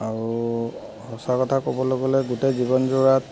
আৰু সঁচা কথা ক'বলৈ গ'লে গোটেই জীৱনজোৰাত